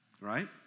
right